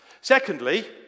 Secondly